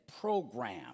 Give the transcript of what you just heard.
program